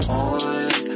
on